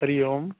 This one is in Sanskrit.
हरिः ओम्